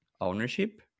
ownership